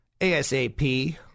ASAP